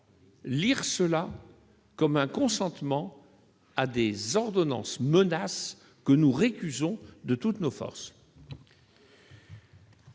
pas y voir un consentement à des ordonnances menaces que nous récusons de toutes nos forces.